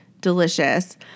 delicious